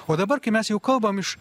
o dabar kai mes jau kalbam iš